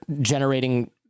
generating